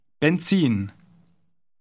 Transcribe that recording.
Benzin